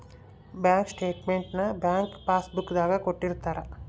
bank statement ನ bank passbook ದಾಗ ಕೊಟ್ಟಿರ್ತಾರ